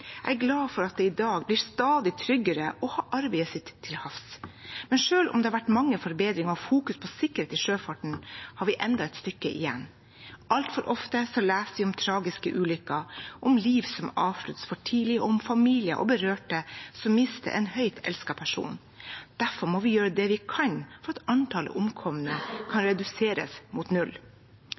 Jeg er glad for at det i dag blir stadig tryggere å ha arbeidet sitt til havs. Men selv om det har vært mange forbedringer og fokus på sikkerhet i sjøfarten, har vi enda et stykke igjen. Altfor ofte leser vi om tragiske ulykker, om liv som avsluttes for tidlig, om familier og berørte som mister en høyt elsket person. Derfor må vi gjøre det vi kan for at antallet omkomne kan reduseres mot null.